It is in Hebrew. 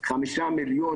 חמישה מיליון